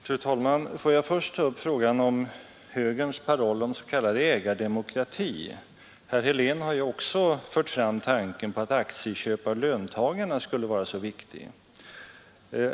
Nr 98 Fru talman! Jag vill först ta upp frågan om högerns paroll om s.k. Torsdagen den ägardemokrati. Också herr Helén har ju fört fram tanken att ett system 24 maj 1973 där löntagarna gör aktieköp skulle vara så viktigt.